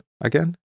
again